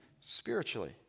spiritually